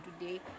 today